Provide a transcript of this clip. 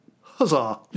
Huzzah